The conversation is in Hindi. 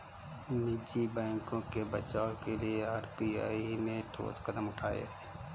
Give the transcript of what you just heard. निजी बैंकों के बचाव के लिए आर.बी.आई ने ठोस कदम उठाए